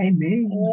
Amen